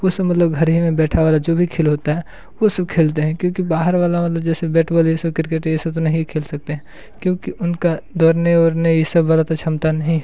वो सब मतलब घर ही में बैठा वाला जो भी खेल होता है वो सब खेलते हैं क्योंकि बाहर वाला मतलब जैसे बेट बॉल ये सब किर्केट ये सब तो नहीं खेल सकते हैं क्योंकि उनका दौड़ने ओड़ने इस सब वाला तो क्षमता नहीं है